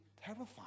terrifying